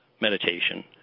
meditation